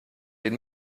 den